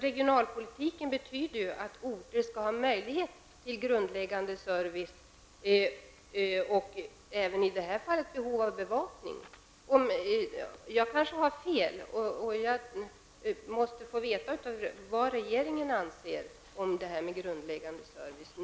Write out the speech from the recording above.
Regionalpolitik betyder ju att orterna skall få grundläggande service och i det här fallet även bevakning. Men jag kanske har fel? Jag måste få veta vad regeringen anser om detta med grundläggande service.